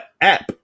app